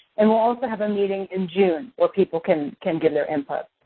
and we'll also have a meeting in june where people can can give their input.